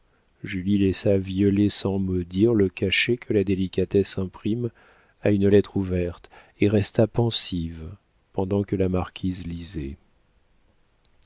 laissa violer sans mot dire le cachet que la délicatesse imprime à une lettre ouverte et resta pensive pendant que la marquise lisait